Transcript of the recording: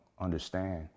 understand